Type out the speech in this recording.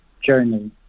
journey